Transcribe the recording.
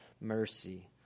mercy